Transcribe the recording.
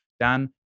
Dan